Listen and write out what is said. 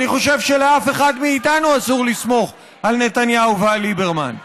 אני חושב שלאף אחד מאיתנו אסור לסמוך על נתניהו ועל ליברמן.